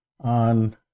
on